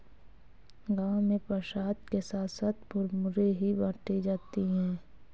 गांव में प्रसाद के साथ साथ मुरमुरे ही बाटी जाती है